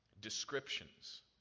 descriptions